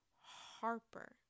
Harper